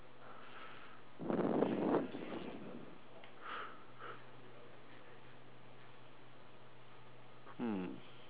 hmm